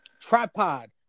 tripod